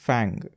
Fang